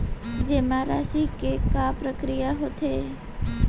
जेमा राशि के का प्रक्रिया होथे?